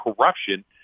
corruption